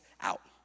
out